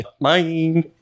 Bye